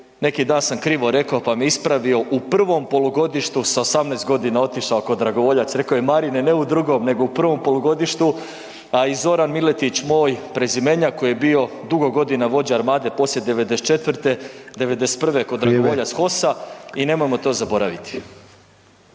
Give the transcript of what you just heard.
neki dan sam krivo rekao pa me ispravio u prvom polugodištu s 18 godina otišao kao dragovoljac, rekao je Marine ne u drugom nego u prvom polugodištu, a i Zoran Miletić moj prezimenjak koji je bio dugo godina vođa Armade poslije '94., '91. ko dragovoljac HOS-a …/Upadica: